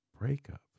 breakup